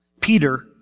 Peter